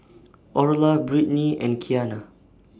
Orla Britni and Kiana